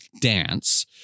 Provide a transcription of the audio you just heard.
dance